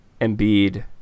Embiid